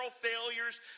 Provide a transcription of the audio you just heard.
failures